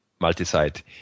multi-site